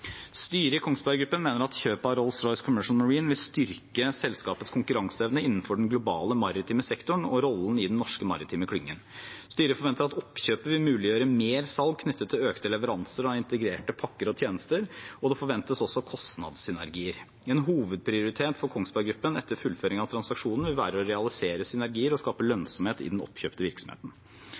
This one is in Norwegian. Styret i Kongsberg Gruppen mener at kjøpet av Rolls-Royce Commercial Marine vil styrke selskapets konkurranseevne innenfor den globale maritime sektoren og rollen i den norske maritime klyngen. Styret forventer at oppkjøpet vil muliggjøre mer salg knyttet til økte leveranser av integrerte pakker og tjenester, og det forventes kostnadssynergier. En hovedprioritet for Kongsberg Gruppen etter fullføring av transaksjonen vil være å realisere synergier og skape lønnsomhet i den oppkjøpte virksomheten.